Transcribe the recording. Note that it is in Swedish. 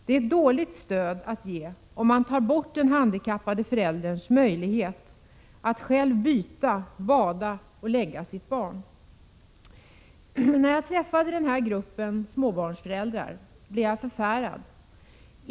Det är ett dåligt stöd man ger om man tar bort den handikappade förälderns möjlighet att själv byta, bada och lägga sitt barn. När jag träffade den här gruppen småbarnsföräldrar blev jag förfärad.